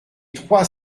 trois